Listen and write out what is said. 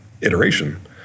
iteration